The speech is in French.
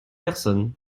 personnes